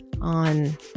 on